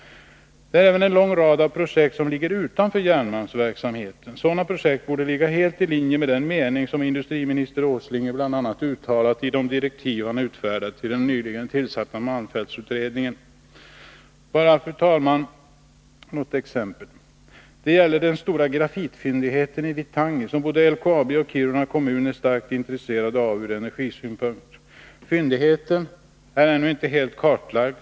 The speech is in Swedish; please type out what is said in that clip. Det är även en lång rad projekt som ligger utanför järnmalmsverksamheten. Sådana projekt borde ligga helt i linje med den mening som industriminister Åsling bl.a. uttalar i de direktiv han utfärdat till den nyligen tillsatta malmfältsutredningen. Bara något exempel, fru talman! Det gäller den stora grafitfyndigheten i Vittangi, som både LKAB och Kiruna kommun är starkt intresserade av ur energisynpunkt. Fyndigheten är ännu inte helt kartlagd.